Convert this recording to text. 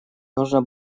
нужно